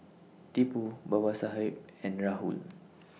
Tipu Babasaheb and Rahul